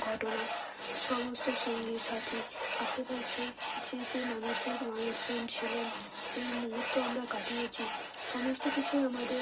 ঘটনা সমস্ত সঙ্গী সাথী আশেপাশে যে যে মানুষের মানুষজন ছিলেন যেই মুহূর্ত আমরা কাটিয়েছি সমস্ত কিছুই আমাদের